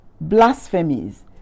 blasphemies